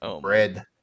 Bread